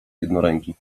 jednoręki